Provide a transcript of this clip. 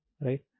right